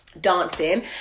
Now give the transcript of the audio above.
dancing